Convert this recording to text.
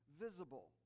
visible